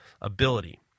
ability